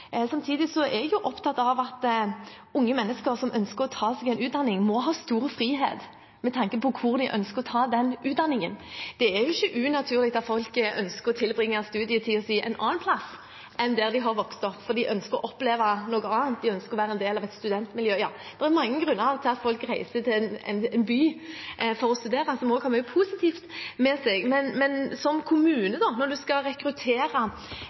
Samtidig er jeg opptatt av at unge mennesker som ønsker å ta en utdanning, må ha stor frihet med tanke på hvor de ønsker å ta den utdanningen. Det er jo ikke unaturlig at folk ønsker å tilbringe studietiden sin en annen plass enn der de har vokst opp, for de ønsker å oppleve noe annet, de ønsker å være en del av et studentmiljø. Det er mange grunner til at folk reiser til en by for å studere, noe som også har mye positivt ved seg. Men som kommune, når man skal rekruttere